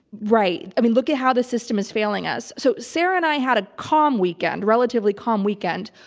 right. i mean, look at how the system is failing us. so, sarah and i had a calm weekend, relatively calm weekend.